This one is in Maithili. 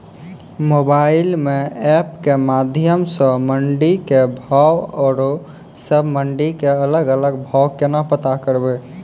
मोबाइल म एप के माध्यम सऽ मंडी के भाव औरो सब मंडी के अलग अलग भाव केना पता करबै?